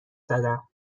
زدم